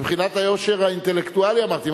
מבחינת היושר האינטלקטואלי אמרתי,